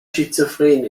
schizophren